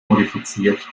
modifiziert